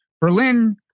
Berlin